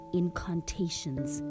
incantations